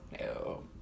no